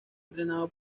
entrenado